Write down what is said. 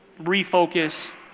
refocus